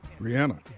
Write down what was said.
Rihanna